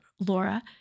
Laura